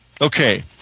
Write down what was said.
Okay